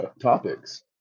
topics